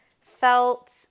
felt